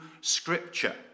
scripture